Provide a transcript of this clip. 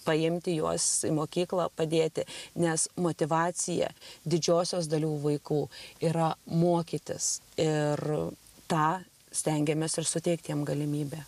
paimti juos į mokyklą padėti nes motyvacija didžiosios dalių vaikų yra mokytis ir tą stengiamės ir suteikt jiem galimybę